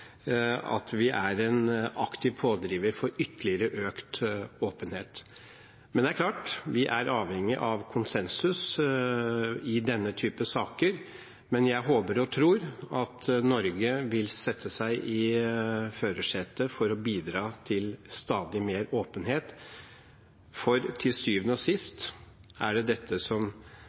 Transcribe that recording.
bygget på, er en aktiv pådriver for ytterligere økt åpenhet. Det er klart at vi er avhengig av konsensus i denne type saker, men jeg håper og tror at Norge vil sette seg i førersetet for å bidra til stadig mer åpenhet. For til syvende og sist er det dette som